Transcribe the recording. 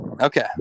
Okay